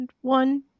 one